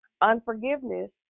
unforgiveness